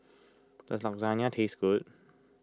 does Lasagna taste good